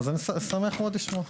אז אני שמח מאוד לשמוע.